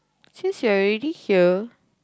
since you're already here